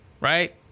right